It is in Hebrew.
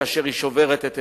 כאשר היא שוברת את אצבעה.